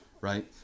right